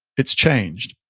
it's changed.